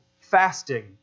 fasting